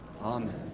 Amen